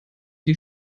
die